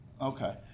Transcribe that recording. Okay